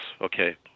Okay